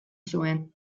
zuen